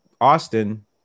Austin